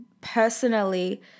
personally –